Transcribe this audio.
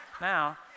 now